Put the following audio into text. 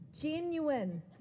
Genuine